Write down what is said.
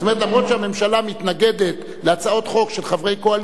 גם אם הממשלה מתנגדת להצעות חוק של חברי קואליציה,